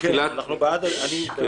אנחנו בעד הגיליוטינה.